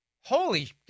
holy